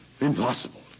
Impossible